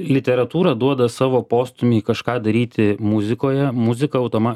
literatūra duoda savo postūmį kažką daryti muzikoje muzika automa